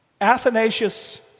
Athanasius